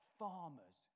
farmers